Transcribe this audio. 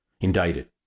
indicted